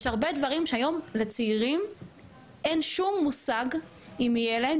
יש הרבה דברים היום שלצעירים אין שום מושג אם יהיה להם,